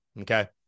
Okay